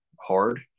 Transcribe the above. hard